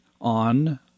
on